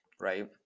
right